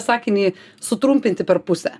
sakinį sutrumpinti per pusę